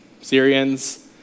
Syrians